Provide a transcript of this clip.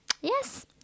Yes